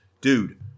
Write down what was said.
dude